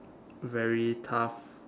very tough